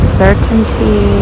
certainty